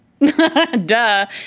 Duh